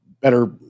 better